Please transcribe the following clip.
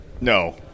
No